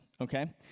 okay